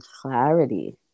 clarity